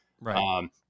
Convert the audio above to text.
right